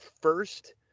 first